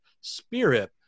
spirit